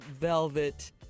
velvet